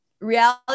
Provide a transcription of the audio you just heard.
reality